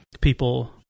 people